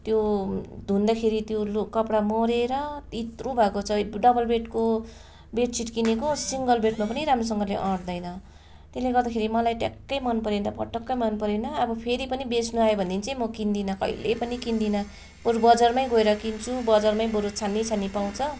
त्यो धुँदाखेरि त्यो लौ कपडा मरेर इत्रु भएको छ डबल बेडको बेड सिट किनेको सिङ्गल बेडमा पनि राम्रोसँगले अट्दैन त्यसले गर्दाखेरि मलाई ट्याक्कै मन परेन पटक्कै मन परेन अब फेरि पनि बेच्नु आयो भने चाहिँ म किन्दिनँ कहिले पनि किन्दिनँ बरु बजारमा गएर किन्छु बजारमै बरु छानी छानी पाउँछ